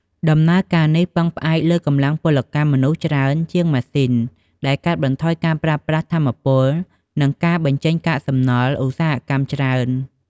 ដំណើរការនេះពឹងផ្អែកលើកម្លាំងពលកម្មមនុស្សច្រើនជាងម៉ាស៊ីន ដែលកាត់បន្ថយការប្រើប្រាស់ថាមពល និងការបញ្ចេញកាកសំណល់ឧស្សាហកម្មច្រើន។